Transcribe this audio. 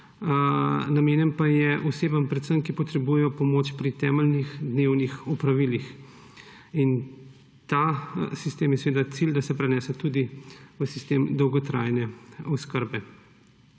Namenjen pa je predvsem osebam, ki potrebujejo pomoč pri temeljnih dnevnih opravilih. In ta sistem je seveda cilj, da se prenese tudi v sistem dolgotrajne oskrbe.